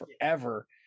forever